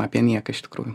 apie nieką iš tikrųjų